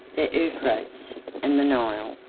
the euphrates, and the nile,